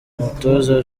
umutoza